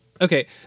Okay